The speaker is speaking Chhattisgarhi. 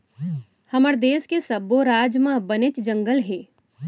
हमर देस के सब्बो राज म बनेच जंगल हे